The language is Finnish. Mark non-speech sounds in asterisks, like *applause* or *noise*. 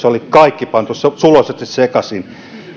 *unintelligible* oli kaikki pantu suloisesti sekaisin